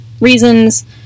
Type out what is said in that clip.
reasons